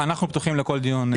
אנחנו פתוחים לכל דיון.